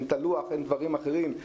אין לוח, אין דברים אחרים.